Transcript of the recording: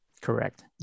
correct